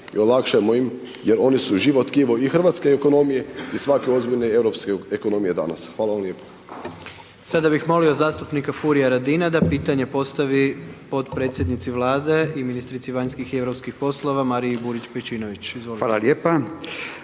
i olakšajmo im jer oni su živo tkivo i hrvatske ekonomije i svake ozbiljne europske ekonomije danas. Hvala vam lijepo. **Jandroković, Gordan (HDZ)** Sada bih molimo zastupnika Furia Radina da pitanje postavi potpredsjednici Vlade i ministrici vanjskih i europskih poslova Mariji Burić Pejčinović, izvolite.